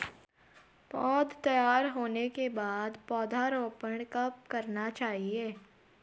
पौध तैयार होने के बाद पौधा रोपण कब करना चाहिए?